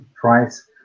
price